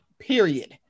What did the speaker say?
Period